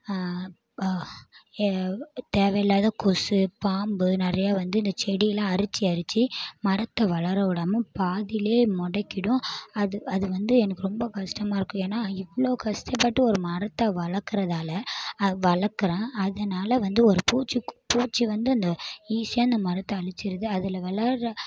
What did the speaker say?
தேவையில்லாத கொசு பாம்பு நிறையா வந்து இந்த செடியெலாம் அரித்து அரித்து மரத்தை வளர விடாம பாதியிலே முடக்கிடும் அது அது வந்து எனக்கு ரொம்ப கஷ்டமாயிருக்கும் ஏன்னால் இவ்வளோ கஷ்டப்பட்டு ஒரு மரத்தை வளர்க்குறதால வளர்க்குறேன் அதனால் வந்து ஒரு பூச்சி பூச்சி வந்து அந்த ஈஸியாக அந்த மரத்தை அழிச்சுருது அதில் வளர்கிற